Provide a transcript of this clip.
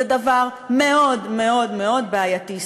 זה דבר מאוד מאוד מאוד בעייתי.